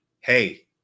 Hey